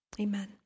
Amen